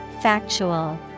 Factual